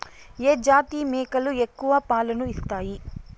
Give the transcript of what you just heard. ఏ జాతి మేకలు ఎక్కువ పాలను ఇస్తాయి?